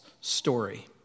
story